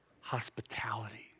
hospitality